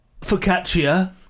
focaccia